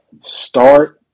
start